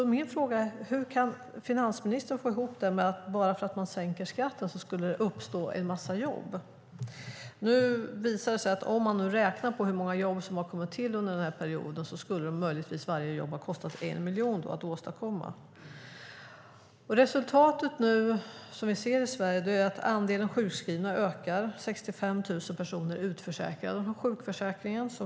Min fråga är: Hur kan finansministern få ihop detta med att det skulle uppstå en massa jobb bara för att skatten sänks? Om man räknar på hur många jobb som har kommit till under denna period visar det sig nu att varje jobb möjligtvis skulle ha kostat 1 miljon att åstadkomma. Resultatet som vi ser i Sverige nu är att andelen sjukskrivna ökar - 65 000 personer är utförsäkrade från sjukförsäkringen.